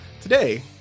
today